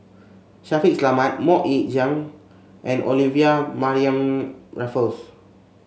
Shaffiq Selamat MoK Ying Jang and Olivia Mariamne Raffles